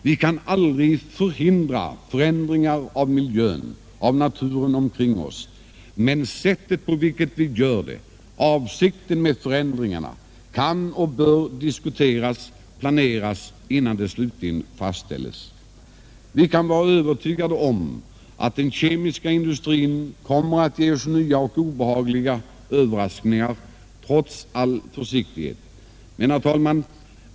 Vi kan aldrig förhindra förändringar av miljön och naturen omkring oss, men sättet på vilket vi gör det och avsikten med förändringarna kan och bör diskuteras och planeras, innan slutligt avgörande fattas. Vi kan vara övertygade om att den kemiska industrin kommer att ge oss nya och obehagliga överraskningar trots all försiktighet.